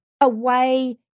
away